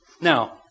Now